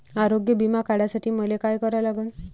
आरोग्य बिमा काढासाठी मले काय करा लागन?